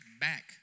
back